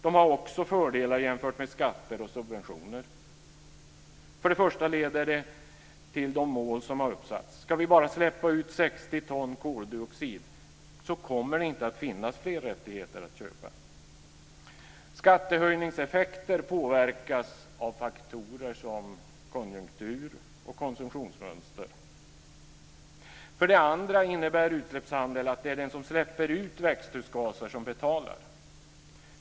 Det har också fördelar jämfört med skatter och subventioner. Det leder för det första till de mål som har uppsatts. Ska vi bara släppa ut 60 ton koldioxid kommer det inte att finnas fler rättigheter att köpa. Skattehöjningseffekter påverkas av faktorer som konjunktur och konsumtionsmönster. För det andra innebär utsläppshandel att det är den som släpper ut växthusgaser som betalar.